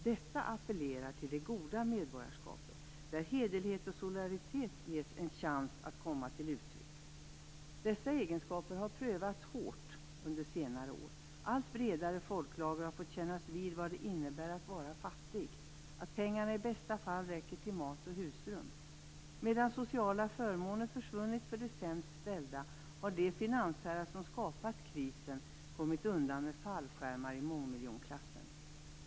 Detta appellerar till det goda medborgarskapet där hederlighet och solidaritet ges en chans att komma till uttryck. Dessa egenskaper har prövats hårt under senare år. Allt bredare folklager har fått kännas vid vad det innebär att vara fattig, att pengarna i bästa fall räcker till mat och husrum. Medan sociala förmåner har försvunnit för de sämst ställda har de finansherrar som skapat krisen kommit undan med fallskärmar i mångmiljonklassen.